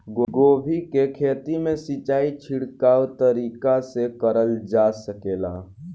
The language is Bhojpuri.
गोभी के खेती में सिचाई छिड़काव तरीका से क़रल जा सकेला?